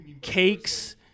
cakes